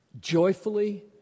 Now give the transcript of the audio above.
Joyfully